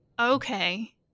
okay